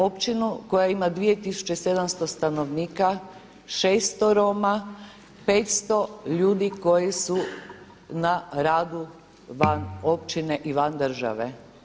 Općinu koja ima 2700 stanovnika, 600 Roma, 500 ljudi koji su na radu van općine i van države.